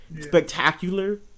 spectacular